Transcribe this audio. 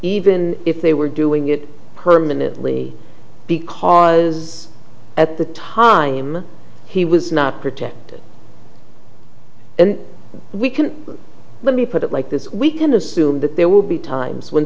even if they were doing it permanently because at the time he was not protected and we can let me put it like this we can assume that there will be times when